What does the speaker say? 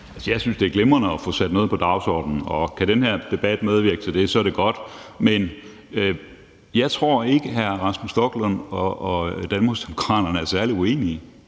Jeg synes, det er glimrende at få sat noget på dagsordenen, og kan den her debat medvirke til det, er det godt, men jeg tror ikke, hr. Rasmus Stoklund og Danmarksdemokraterne er særlig uenige